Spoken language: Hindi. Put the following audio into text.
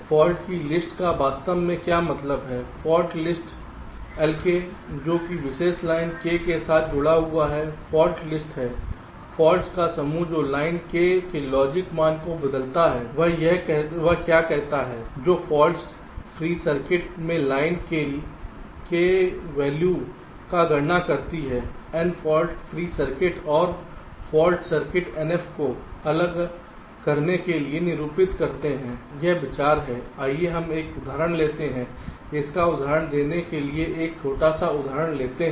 फॉल्ट लिस्ट का वास्तव में क्या मतलब है फॉल्ट लिस्ट Lk जो कि विशेष लाइन k के साथ जुड़ा हुआ है फॉल्ट लिस्ट है फॉल्ट्स का समूह जो लाइन k के लॉजिक मान को बदलता है वह क्या कहता है जो फ़ॉल्ट फ़्री सर्किट मे लाइन के की वैल्यू का कारण बनता है N फ़ॉल्ट फ़्री सर्किट और फ़ॉल्ट सर्किट Nf को अलग करने के लिए निरूपित करते हैं यह विचार है आइए हम एक उदाहरण लेते हैं इसका उदाहरण देने के लिए एक छोटा सा उदाहरण लेते हैं